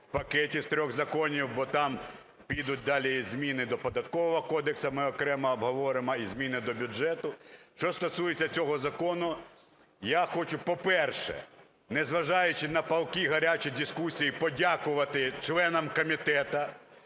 в пакеті з трьох законів, бо там підуть далі зміни до Податкового кодексу, ми окремо обговоримо, і зміни до бюджету. Що стосується цього закону, я хочу, по-перше, незважаючи на палкі, гарячі дискусії, подякувати членам комітету,